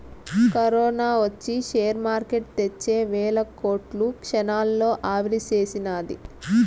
corona ఒచ్చి share market తెచ్చే వేల కోట్లు క్షణాల్లో ఆవిరిసేసినాది